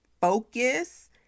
Focus